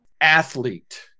athlete